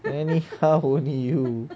anyhow only you